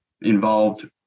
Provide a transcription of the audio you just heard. involved